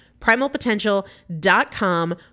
Primalpotential.com